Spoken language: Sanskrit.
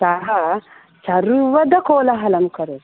सः सर्वदा कोलाहलं करोति